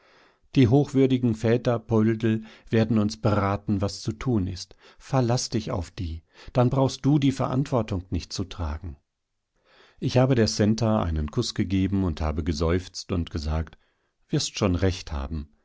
die hochwürdigen väter poldl werden uns beraten was zu tun ist verlaß dich auf die dann brauchst du die verantwortung nicht zu tragen ich habe der centa einen kuß gegeben und habe geseufzt und gesagt wirst schon recht haben